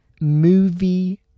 movie